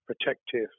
protective